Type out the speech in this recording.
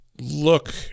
look